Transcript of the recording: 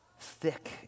thick